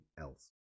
else